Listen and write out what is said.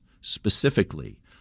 specifically